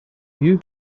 you